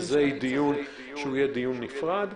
וזה דיון שיהיה דיון נפרד.